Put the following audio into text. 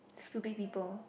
stupid people